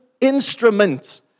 instrument